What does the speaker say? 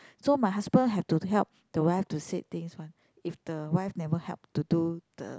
so my husband have to help the wife to said things one if the wife never help to do the